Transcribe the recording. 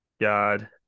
God